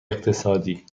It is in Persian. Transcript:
اقتصادی